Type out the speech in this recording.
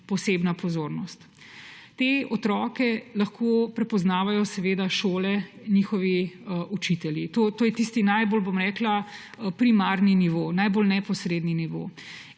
posebna pozornost. Te otroke lahko prepoznavajo šole in njihovi učitelji. To je tisti najbolj primarni nivo, najbolj neposredni nivo.